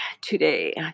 today